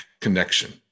connection